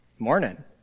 morning